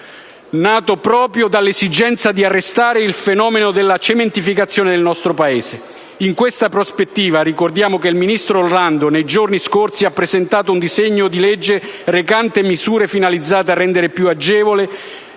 nato proprio dall'esigenza di arrestare il fenomeno della cementificazione nel nostro Paese. In questa prospettiva ricordiamo che il ministro Orlando nei giorni scorsi ha presentato un disegno di legge recante misure finalizzate a rendere più agevole